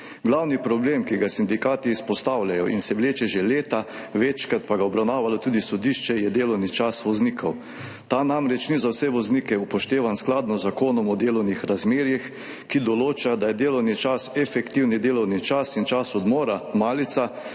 Glavni problem, ki ga sindikati izpostavljajo in se vleče že leta, večkrat pa ga je obravnavalo tudi sodišče, je delovni čas voznikov. Ta namreč ni za vse voznike upoštevan v skladu z Zakonom o delovnih razmerjih, ki določa, da je delovni čas efektivni delovni čas in čas odmora,